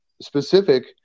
specific